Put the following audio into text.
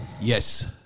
Yes